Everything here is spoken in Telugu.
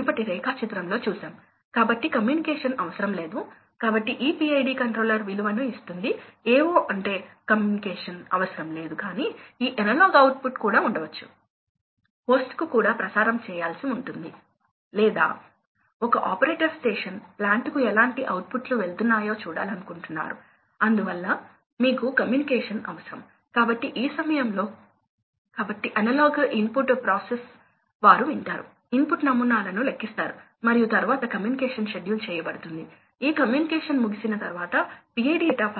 కాబట్టి మేము తిరిగి వస్తాము కాబట్టి ఇది మీకు మరొక చిత్రం మీకు థ్రోట్లింగ్ పద్ధతి ఉంటే ఎనర్జీ ఈ మార్గం వెంట పడిపోయేదని చూపిస్తుంది మీకు వేరియబుల్ స్పీడ్ పద్ధతి ఉంటే అది ఈ మార్గం వెంట పడిపోతుంది కాబట్టి ఇది మీరు పొందుతున్న ఎనర్జీ సేవింగ్ ఇప్పుడు లోడ్ ఏదైనా ఇది మీకు లభించే ఎనర్జీ సేవింగ్ ఈ రెండింటి మధ్య వ్యత్యాసం